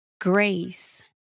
grace